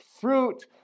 Fruit